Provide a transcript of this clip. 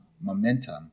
momentum